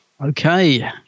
Okay